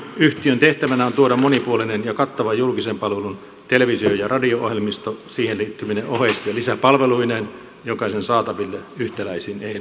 yhtiön tehtävänä on tuoda monipuolinen ja kattava julkisen palvelun televisio ja radio ohjelmisto siihen liittyvine oheis ja lisäpalveluineen jokaisen saataville yhtäläisin ehdoin